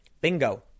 Bingo